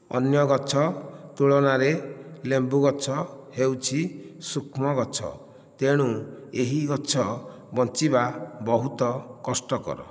ଅନ୍ୟ ଗଛ ତୁଳନାରେ ଲେମ୍ବୁ ଗଛ ହେଉଛି ସୁକ୍ଷ୍ମ ଗଛ ତେଣୁ ଏହି ଗଛ ବଞ୍ଚିବା ବହୁତ କଷ୍ଟକର